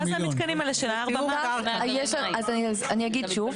מה זה המתקנים האלה של --- אז אני אגיד שוב.